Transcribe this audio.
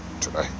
today